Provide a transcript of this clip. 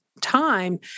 time